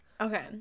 Okay